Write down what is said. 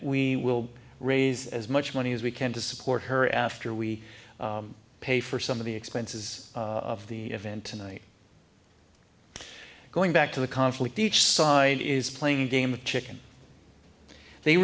we will raise as much money as we can to support her after we pay for some of the expenses of the event tonight going back to the conflict each side is playing a game of chicken they